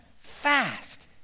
fast